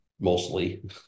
mostly